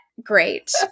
Great